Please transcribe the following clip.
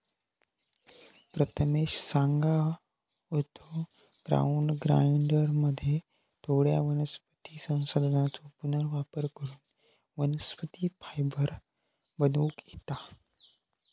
प्रथमेश सांगा होतो, ग्राउंड ग्राइंडरमध्ये थोड्या वनस्पती संसाधनांचो पुनर्वापर करून वनस्पती फायबर बनवूक येता